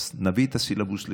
אז נביא את הסילבוס לכאן.